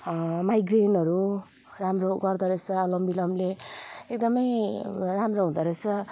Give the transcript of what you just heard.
माइग्रेनहरू राम्रो गर्दो रहेछ अनुलोम बिलोमले एकदमै राम्रो हुँदो रहेछ